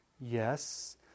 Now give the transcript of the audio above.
yes